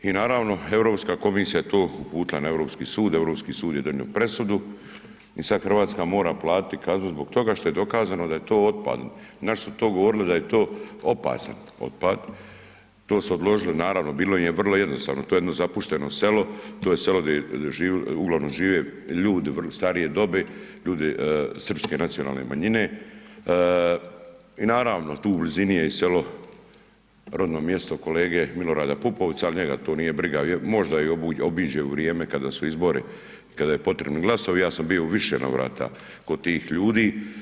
I naravno Europska komisija je to uputila na Europski sud, Europski sud je donio presudu i sad Hrvatska mora platiti kaznu zbog toga što je dokazano da je to otpad, naši su to govorili da je to opasno, to se odložili, naravno, bilo im je vrlo jednostavno, to je jedno zapušteno selo, to je selo gdje uglavnom žive ljudi starije dobi, ljudi srpske nacionalne manjine i naravno, tu u blizini je selo, rodno mjesto kolege Milorada Pupovca, ali njega to nije briga, možda i obiđe u vrijeme kada su izbori, kada je potrebno glasovi, ja sam bio u više navrata kod tih ljudi.